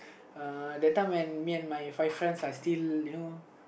uh that time when me and my five friends are still you know